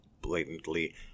blatantly